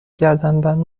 گردنبند